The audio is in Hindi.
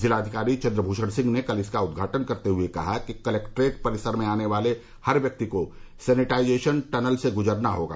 जिलाधिकारी चंद्रभूषण सिंह ने कल इसका उदघाटन करते हए कहा कि कलेक्ट्रेट परिसर में आने वाले हर व्यक्ति को सैनेटाइजेशन टनल से गुजरना होगा